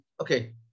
okay